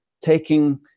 taking